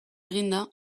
eginda